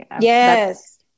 yes